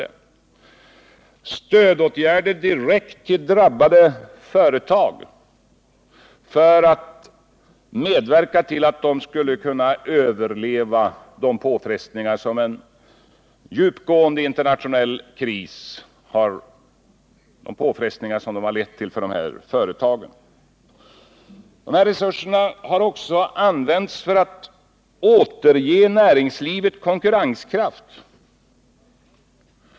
Det har varit stödåtgärder direkt till drabbade företag för att medverka till att de skulle kunna överleva de påfrestningar som en djupgående internationell kris har lett till för dessa företag. Resurser har också använts för att återge näringslivet konkurrenskraft.